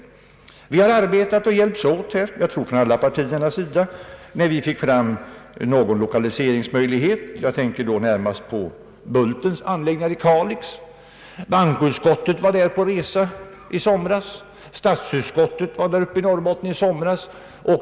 Alla partier har arbetat och hjälpts åt för att få fram lokaliseringsmöjligheter. Jag tänker då närmast på Bultens anläggningar i Kalix. Bankoutskottet var där på en resa i somras. Statsutskottet var i Norrland i somras.